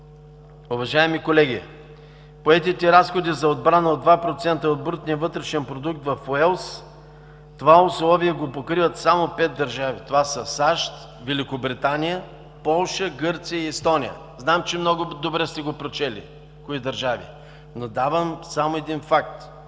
Уважаеми колеги, поетите разходи за отбрана от 2 % от брутния вътрешен продукт в Уелс – това условие го покриват само пет държави – САЩ, Великобритания, Полша, Гърция и Естония. Зная, че много добре сте прочели кои държави, но давам само един факт.